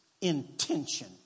intention